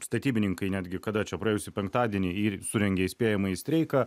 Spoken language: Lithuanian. statybininkai netgi kada čia praėjusį penktadienį surengė įspėjamąjį streiką